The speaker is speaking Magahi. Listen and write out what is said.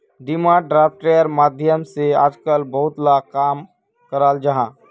डिमांड ड्राफ्टेर माध्यम से आजकल बहुत ला काम कराल जाहा